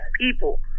people